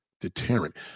deterrent